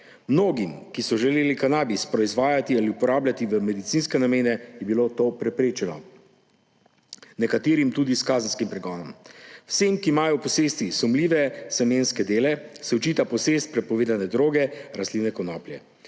Mnogim, ki so želeli kanabis proizvajati ali uporabljati v medicinske namene, je bilo to preprečeno. Nekaterim tudi s kazenskim pregonom. Vsem, ki imajo v posesti sumljive semenske dele, se očita posest prepovedane droge rastline konoplje,